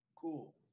Cool